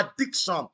addiction